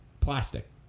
plastic